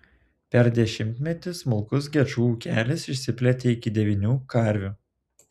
per dešimtmetį smulkus gečų ūkelis išsiplėtė iki devynių karvių